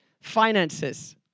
finances